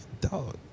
Dog